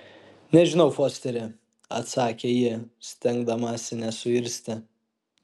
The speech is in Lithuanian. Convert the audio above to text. nežinau fosteri atsakė ji stengdamasi nesuirzti